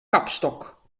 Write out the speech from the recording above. kapstok